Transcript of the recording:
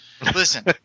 Listen